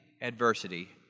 adversity